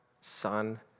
Son